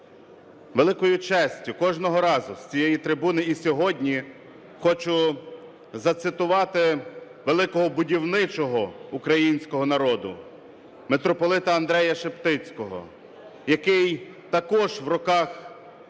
великою честю кожного разу з цієї трибуни і сьогодні хочу зацитувати великого будівничого українського народу митрополита Андрея Шептицького, який також у роках великої